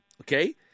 Okay